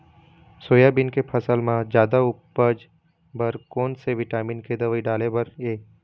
Soybean के फसल म जादा उपज बर कोन से विटामिन के दवई डाले बर ये?